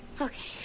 Okay